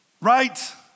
right